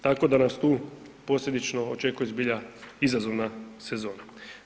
Tako da nas tu posljedično očekuje zbilja izazovna sezona.